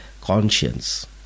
conscience